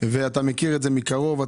אתה מכיר את זה מקרוב.